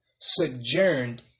sojourned